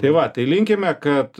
tai va tai linkime kad